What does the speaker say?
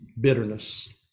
Bitterness